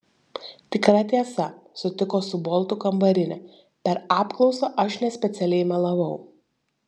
tikra tiesa sutiko su boltu kambarinė per apklausą aš nespecialiai melavau